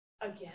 Again